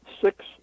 six